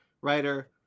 writer